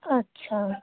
اچھا